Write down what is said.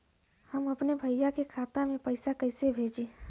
हम अपने भईया के खाता में पैसा कईसे भेजी?